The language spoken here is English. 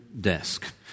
desk